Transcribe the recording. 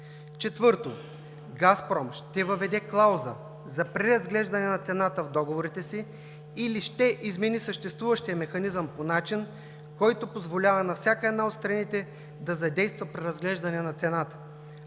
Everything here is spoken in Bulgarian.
Четвърто, „Газпром“ ще въведе клауза за преразглеждане на цената в договорите си или ще измени съществуващия механизъм по начин, който позволява на всяка една от страните да задейства при разглеждане на цената,